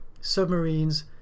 submarines